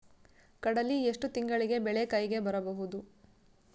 ಕಡಲಿ ಎಷ್ಟು ತಿಂಗಳಿಗೆ ಬೆಳೆ ಕೈಗೆ ಬರಬಹುದು?